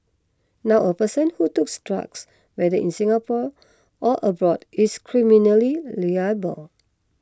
now a person who tooks drugs whether in Singapore or abroad is criminally reliable